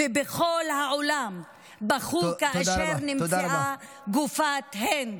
ובכל העולם בכו כאשר נמצאה גופת הינד.